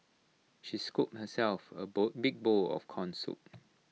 she scooped herself A bowl big bowl of Corn Soup